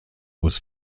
was